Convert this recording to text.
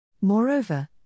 Moreover